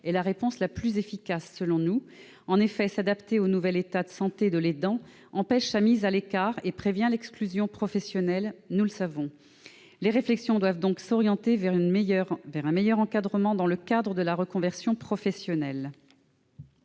nous la réponse la plus efficace. En effet, nous le savons : s'adapter au nouvel état de santé de l'aidant empêche sa mise à l'écart et prévient l'exclusion professionnelle. Les réflexions doivent s'orienter vers un meilleur encadrement dans le cadre de la reconversion professionnelle.